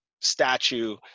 statue